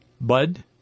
Bud